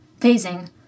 phasing